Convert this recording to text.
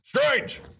Strange